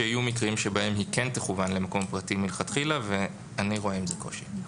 שיהיו מקרים בהם היא כן תכוון למקום פרטי מלכתחילה ואני רואה עם זה קושי.